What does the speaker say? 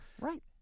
Right